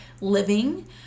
Living